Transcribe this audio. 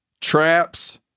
traps